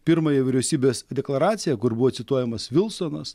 pirmąją vyriausybės deklaraciją kur buvo cituojamas vilsonas